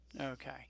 Okay